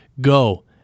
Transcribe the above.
Go